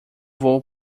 vou